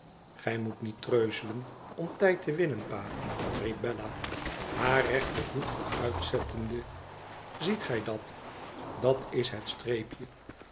gij moet niet treuzelen om tijd te winnen pa riep bella haar rechtervoet vooruitzettende tziet gij dat dat is het streepje